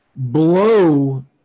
blow